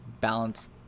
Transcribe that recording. balance